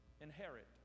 inherit